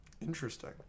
Interesting